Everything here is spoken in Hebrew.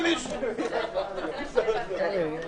מכבד.